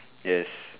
yes